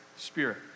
Spirit